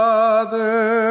Father